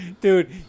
Dude